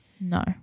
no